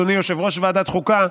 אדוני יושב-ראש ועדת החוקה,